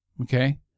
Okay